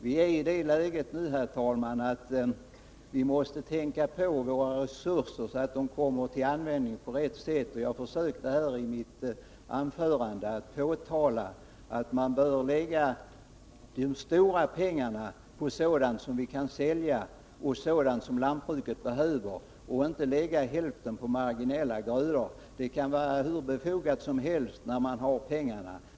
Vi är nui det läget, herr talman, att vi måste tänka på våra resurser så att de kommer till användning på rätt sätt. Jag försökte i mitt anförande framhålla att vi bör lägga de stora pengarna på sådant som vi kan sälja och sådant som lantbruket behöver och inte lägga hälften på marginella grödor, som kan vara hur befogat som helst när vi har pengar.